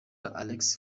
alex